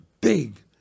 big